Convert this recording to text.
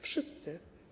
Wszyscy.